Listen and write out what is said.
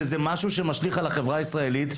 זה משהו שמשליך על החברה הישראלית,